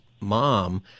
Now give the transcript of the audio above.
mom